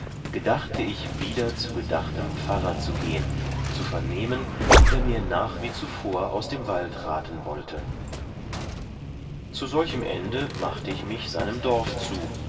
gedachte ich wieder zu gedachtem pfarrer zu gehen zu vernehmen ob er mir noch wie zuvor aus dem wald raten wollte zu solchem ende machte ich mich seinem dorf zu